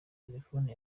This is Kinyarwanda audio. telefoni